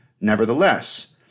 Nevertheless